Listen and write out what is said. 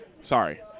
sorry